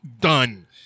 Done